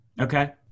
Okay